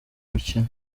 mukino